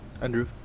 Andrew